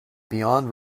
beyond